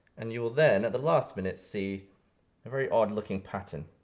and you will then, at the last minute, see very odd looking pattern.